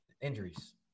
injuries